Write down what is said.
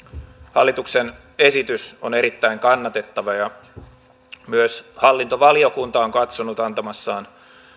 hallituksen esitys on erittäin kannatettava ja myös hallintovaliokunta on katsonut antamassaan